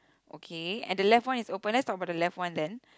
okay and the left one is open let's talk about the left one then